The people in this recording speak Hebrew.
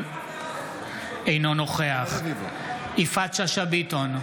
אינו נוכח יפעת שאשא ביטון,